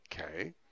Okay